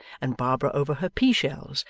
and barbara over her pea-shells,